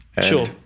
Sure